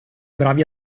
bravi